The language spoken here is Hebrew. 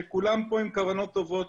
שכולם פה עם כוונות טובות,